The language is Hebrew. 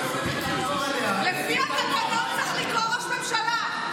לפי התקנון, צריך לקרוא "ראש ממשלה".